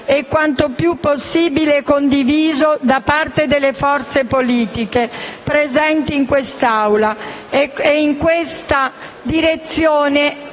e quanto più possibile condiviso da parte delle forze politiche presenti in quest'Aula. È in questa direzione